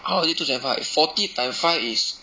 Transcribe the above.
how is it two seven five forty time five is